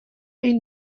این